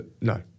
No